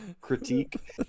critique